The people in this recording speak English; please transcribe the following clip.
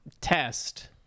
test